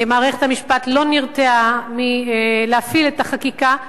מערכת המשפט לא נרתעה מלהפעיל את החקיקה,